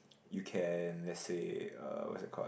you can let's say uh what's that called